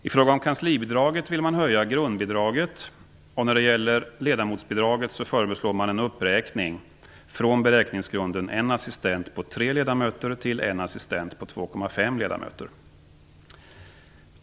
I fråga om kanslibidraget vill man höja grundbidraget, och när det gäller ledamotsbidraget föreslår man en uppräkning från beräkningsgrunden en assistent på tre ledamöter till en assistent på två och en halv ledamöter.